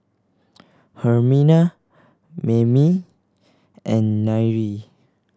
Hermina Mamie and Nyree